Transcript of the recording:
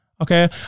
Okay